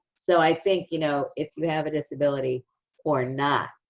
so, i think, you know, if you have a disability or not,